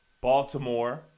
Baltimore